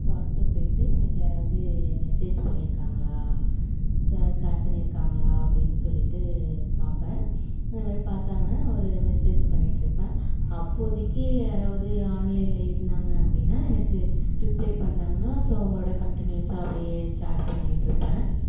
WhatsApp போய்ட்டு எனக்கு யாராவது மெசேஜ் பண்ணியிருக்காங்களா சே சேட் பண்ணியிருக்காங்களா அப்படீன்னு சொல்லிட்டு பார்ப்பேன் இந்த மாதிரி பார்த்தாங்கன்னா நான் ஒரு மெசேஜ் பண்ணிட்டு இருப்பேன் அப்போதிக்கு யாராவது ஆன்லைனில் இருந்தாங்க அப்படீன்னா எனக்கு ரிப்ளே பண்ணாங்கன்னால் ஸோ அவர்களோட கண்டின்யூஸ்ஸாக அப்படியே சேட் பண்ணிக்கிட்டு இருப்பேன்